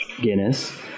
Guinness